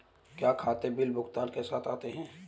क्या खाते बिल भुगतान के साथ आते हैं?